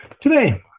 Today